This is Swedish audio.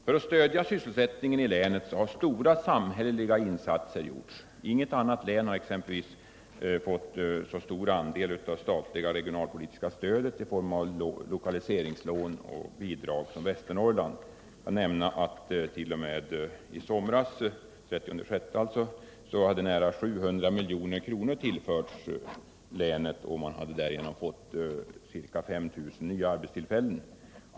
För att stödja sysselsättningen i länet har stora samhälleliga insatser gjorts. Inget annat län har exempelvis fått så stor andel av det statliga regionalpolitiska stödet i form av lokaliseringslån och bidrag som Västernorrland. Jag kan nämna attt.o.m. i somras —-den 30 juni — hade nära 700 miljoner tillförts länet, och man hade därigenom fått ca 5 000 nya arbetstillfällen.